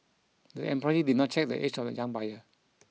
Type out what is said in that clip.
the employee did not check the age of the young buyer